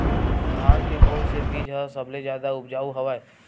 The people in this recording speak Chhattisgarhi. धान के कोन से बीज ह सबले जादा ऊपजाऊ हवय?